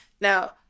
Now